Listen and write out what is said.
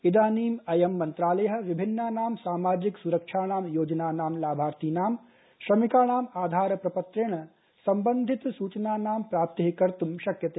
इदानीम्अयंमन्त्रलायःविभि न्नानां सामाजिक सुरक्षाणांयोजनानांलाभार्थीनांश्रमिकाणाम् आधार प्रपत्रेण सम्बन्धित सूचनानांप्राप्तिःकर्तुंशक्यते